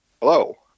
Hello